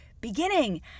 beginning